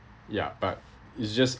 ya but it's just